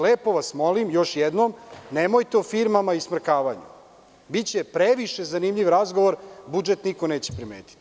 Lepo vas molim još jednom, nemojte o firmama i smrkavanju, biće previše zanimljiv razgovor, budžet niko neće primetiti.